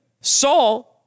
Saul